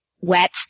wet